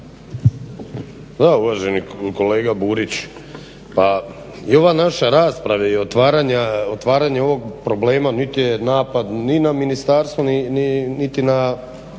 evo uvaženi kolega Burić pa i ova naša rasprava i otvaranje ovog problema niti je napad ni na ministarstvo niti na